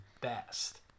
best